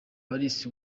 paris